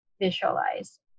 visualize